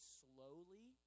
slowly